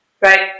Right